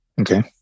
Okay